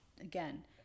again